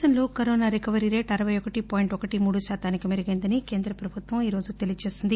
దేశంలో corona recovery rate అరపై ఒకటి పాయింట్ ఒకటి మూడు శాతానికి మెరుగైందని కేంద్ర ప్రభుత్వం ఈ రోజుతెలియజేసింది